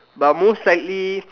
but most likely